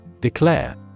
Declare